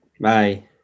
bye